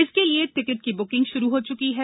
इसके लिए टिकट की बुकिंग शुरू हो चुकी है